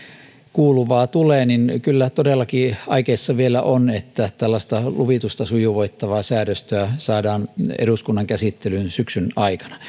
kuuluvaa tulee niin kyllä todellakin aikeissa vielä on että tällaista luvitusta sujuvoittavaa säädöstöä saadaan eduskunnan käsittelyyn syksyn aikana